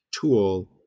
tool